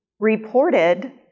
reported